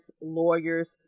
lawyers